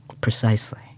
Precisely